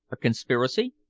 a conspiracy?